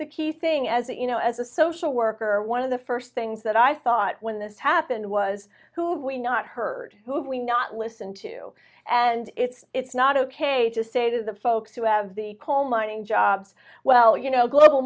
the key thing as you know as a social worker one of the first things that i thought when this happened was who have we not heard who we not listen to and it's it's not ok to say to the folks who have the coal mining jobs well you know global